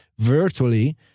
virtually